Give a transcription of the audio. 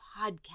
podcast